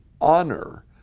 honor